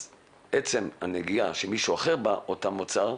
עצם הנגיעה של מישהו באותו מוצר,